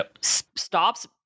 stops